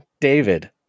David